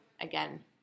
again